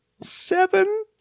seven